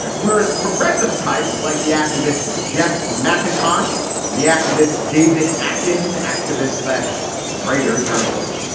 whereas progressive types like the activist jess mcintosh and the activist david adkins activists lashed writer journalist.